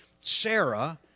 Sarah